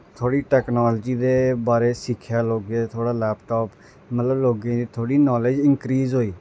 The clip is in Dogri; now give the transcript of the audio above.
थोह्ड़ी टैकनॉलजी दे बारे च सिक्खेआ लोकें थोह्ड़ा लैपटाप मतलब लोकें दी थोह्ड़ी नॉलेज़ इंक्रीज़ होई